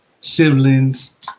siblings